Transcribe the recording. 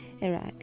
Iraq